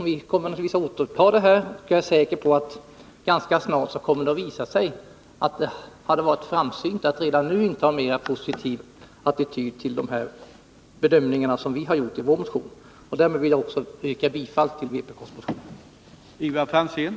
Vi kommer naturligtvis att ta upp frågan igen, och jag är säker på att det ganska snart kommer att visa sig att det hade varit framsynt att redan nu inta en mera positiv attityd till de bedömningar som vi har gjort i vår motion. Därmed vill jag också yrka bifall till vpk:s motion.